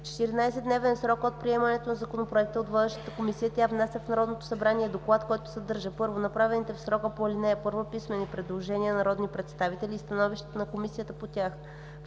14-дневен срок от приемането на законопроекта от водещата комисия тя внася в Народното събрание доклад, който съдържа: 1.направените в срока по ал. 1 писмени предложения на народни представители и становището на комисията по тях;